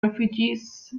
refugees